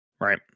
Right